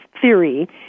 theory